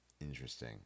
Interesting